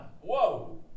Whoa